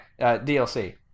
DLC